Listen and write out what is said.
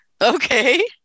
Okay